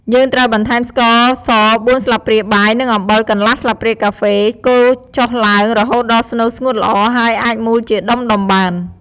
យើងត្រូវបន្ថែមស្ករស ៤ ស្លាបព្រាបាយ និងអំបិល កន្លះ ស្លាបព្រាកាហ្វេ កូរចុះឡើងរហូតដល់ស្នូលស្ងួតល្អ ហើយអាចមូលជាដុំៗបាន។